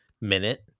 minute